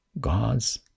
god's